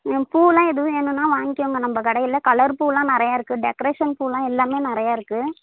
ம் பூவெலாம் எதுவும் வேணுன்னால் வாங்கிக்கோங்க நம்ப கடையில் கலர் பூவெலாம் நிறைய இருக்குது டெக்ரேஷன் பூவெலாம் எல்லாமே நிறைய இருக்குது